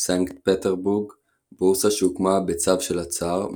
סנקט פטרבורג בורסה שהוקמה בצו של הצאר,